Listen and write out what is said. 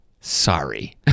sorry